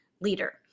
leader